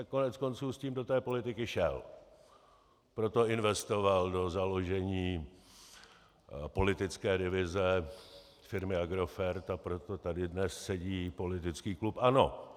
Koneckonců s tím do té politiky šel, proto investoval do založení politické divize firmy Agrofert a proto tady dnes sedí politický klub ANO.